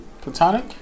platonic